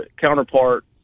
counterpart